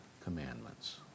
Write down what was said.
commandments